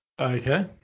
Okay